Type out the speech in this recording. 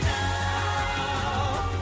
now